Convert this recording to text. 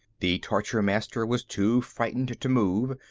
the torture-master was too frightened to move,